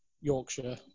Yorkshire